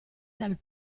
dal